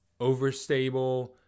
overstable